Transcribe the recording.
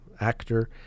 actor